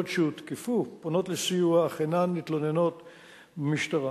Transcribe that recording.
שהותקפו פונות למרכזי סיוע אך אינן מתלוננות במשטרה.